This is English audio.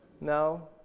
No